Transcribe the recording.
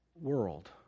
World